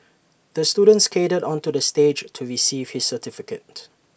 the student skated onto the stage to receive his certificate